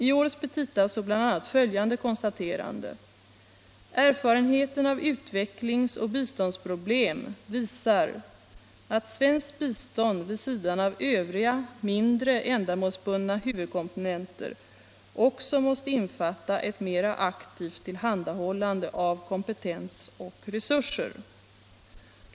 I årets petita står bl.a. följande konstaterande: Erfarenheten av utvecklingsoch biståndsproblemen visar att svenskt bistånd vid sidan av övriga mindre ändamålsbundna huvudkomponenter också måste innefatta ett mer aktivt tillhandahållande av kompetens och resurser.